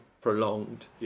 prolonged